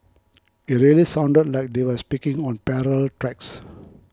it really sounded like they were speaking on parallel tracks